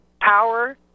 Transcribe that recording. power